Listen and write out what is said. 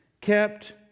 kept